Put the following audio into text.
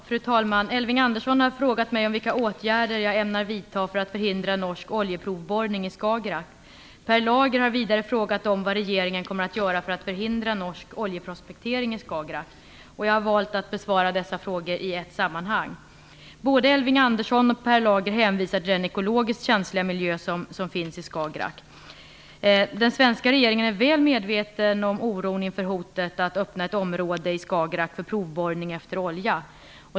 Fru talman! Elving Andersson har frågat mig om vilka åtgärder jag ämnar vidta för att förhindra norsk oljeprovborrning i Skagerrak. Per Lager har vidare frågat om vad regeringen kommer att göra för att förhindra norsk oljeprospektering i Skagerrak. Jag har valt att besvara dessa frågor i ett sammanhang. Både Elving Andersson och Per Lager hänvisar till den ekologiskt känsliga miljö som finns i Skagerrak. Den svenska regeringen är väl medveten om oron inför hotet att öppna ett område i Skagerrak för provborrning efter olja.